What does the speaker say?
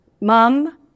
mom